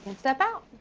step out,